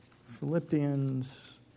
Philippians